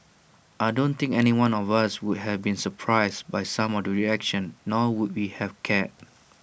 I don't think anyone of us would have been surprised by some of the reaction nor would we have cared